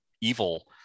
evil